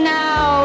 now